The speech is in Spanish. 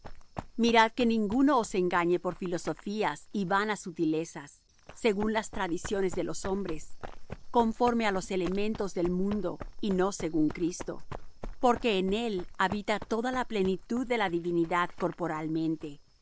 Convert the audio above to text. mirad que ninguno os engañe por filosofías y vanas sustilezas según las tradiciones de los hombres conforme á los elementos del mundo y no según cristo porque en él habita toda la plenitud de la divinidad corporalmente